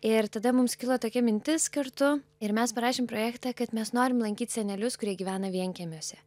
ir tada mums kilo tokia mintis kartu ir mes parašėm projektą kad mes norim lankyti senelius kurie gyvena vienkiemiuose